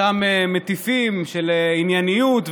אותם מטיפים לענייניות,